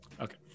Okay